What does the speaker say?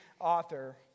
author